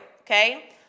okay